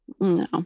no